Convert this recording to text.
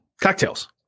cocktails